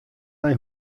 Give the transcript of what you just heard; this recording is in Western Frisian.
nei